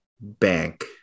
bank